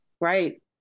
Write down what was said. Right